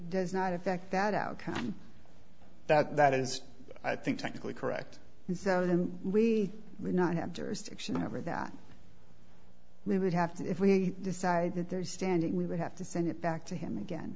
does not affect that outcome that is i think technically correct and we would not have jurisdiction over that we would have to if we decide that they're standing we would have to send it back to him again